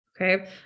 okay